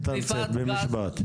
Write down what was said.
תתמצת במשפט.